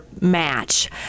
match